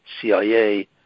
CIA